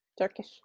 Turkish